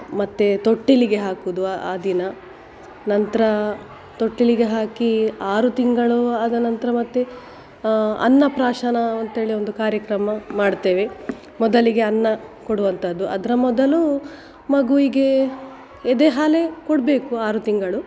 ಮತ್ತು ತೊಟ್ಟಿಲಿಗೆ ಹಾಕುವುದು ಆ ದಿನ ನಂತರ ತೊಟ್ಟಿಲಿಗೆ ಹಾಕಿ ಆರು ತಿಂಗಳು ಆದ ನಂತರ ಮತ್ತು ಅನ್ನಪ್ರಾಶನ ಅಂತ್ಹೇಳಿ ಒಂದು ಕಾರ್ಯಕ್ರಮ ಮಾಡ್ತೇವೆ ಮೊದಲಿಗೆ ಅನ್ನ ಕೊಡುವಂಥದ್ದು ಅದರ ಮೊದಲು ಮಗುವಿಗೆ ಎದೆ ಹಾಲೇ ಕೊಡಬೇಕು ಆರು ತಿಂಗಳು